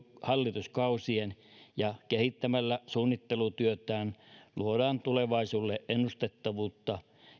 hallituskausien ja kehittämällä suunnittelutyötä luodaan tulevaisuudelle ennustettavuutta